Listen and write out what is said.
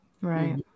Right